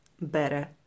better